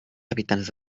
habitants